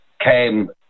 came